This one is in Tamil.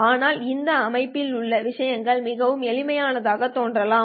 ஆனால் இந்த அமைப்பில் உள்ள விஷயங்கள் மிகவும் எளிமையானதாகத் தோன்றிலாம்